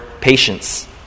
patience